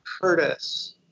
Curtis